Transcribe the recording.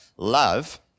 love